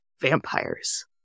vampires